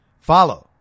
Follow